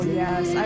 yes